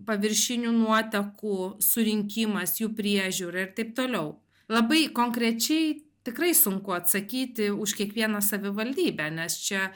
paviršinių nuotekų surinkimas jų priežiūra ir taip toliau labai konkrečiai tikrai sunku atsakyti už kiekvieną savivaldybę nes čia